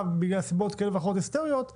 בגלל סיבות היסטוריות כאלו ואחרות,